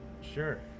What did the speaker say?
Sure